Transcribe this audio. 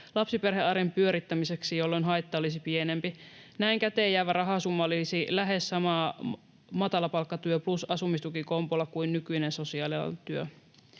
lapsiperhearjen pyörittämiseksi, jolloin haitta olisi pienempi. Näin käteenjäävä rahasumma olisi lähes sama matalapalkkatyö plus asumistuki ‑kombolla kuin nykyinen sosiaalialan